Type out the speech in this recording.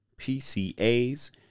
PCAs